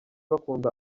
bakunda